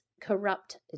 corrupt